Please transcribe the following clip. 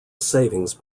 savings